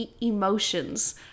emotions